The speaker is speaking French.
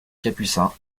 capucin